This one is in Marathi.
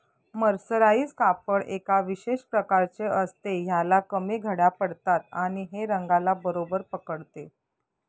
मर्सराइज कापड एका विशेष प्रकारचे असते, ह्याला कमी घड्या पडतात आणि हे रंगाला बरोबर पकडते